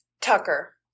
Tucker